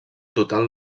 total